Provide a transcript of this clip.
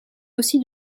aussi